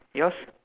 yours